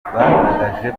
bagaragaje